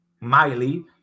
Miley